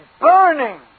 burning